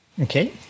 Okay